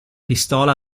pistola